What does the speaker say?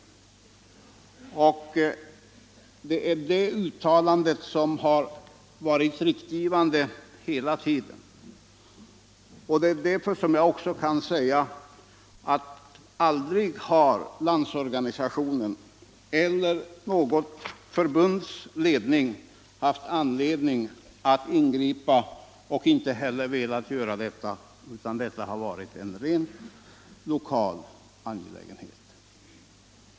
Det är det uttalandet som har varit riktgivande hela tiden. Det är därför jag också kan säga att aldrig har Landsorganisationen eller något förbunds ledning haft anledning att ingripa och inte heller velat göra detta, utan det har varit en rent lokal angelägenhet.